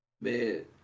man